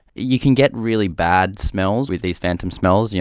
you can get really bad smells with these phantom smells, yeah